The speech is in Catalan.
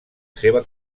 seva